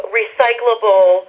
recyclable